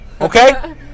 Okay